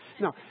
no